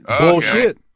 Bullshit